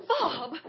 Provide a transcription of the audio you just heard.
Bob